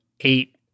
eight